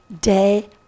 day